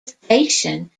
station